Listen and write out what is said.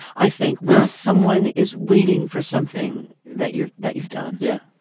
i think, when someone is waiting for something that you've that you've done yeah.